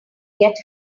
get